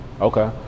Okay